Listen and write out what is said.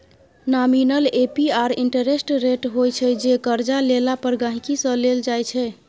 nominal APR interest rate होइ छै जे करजा लेला पर गांहिकी सँ लेल जाइ छै